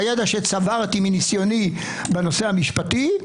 בידע שצברתי מניסיוני בנושא המשפטי,